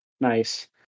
Nice